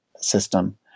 system